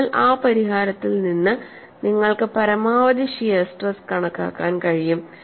അതിനാൽ ആ പരിഹാരത്തിൽ നിന്ന് നിങ്ങൾക്ക് പരമാവധി ഷിയർ സ്ട്രെസ് കണക്കാക്കാൻ കഴിയും